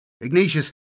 Ignatius